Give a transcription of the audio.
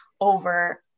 over